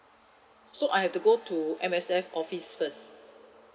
so I have to go to M_S_F office first